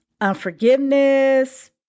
unforgiveness